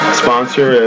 sponsor